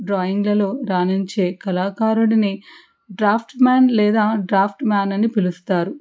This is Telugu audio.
డ్రాయింగ్లలో రానించే కళాకారుడిని డ్రాఫ్ట్ మ్యాన్ లేదా డ్రాఫ్ట్ మెన్ అని పిలుస్తారు